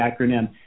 acronym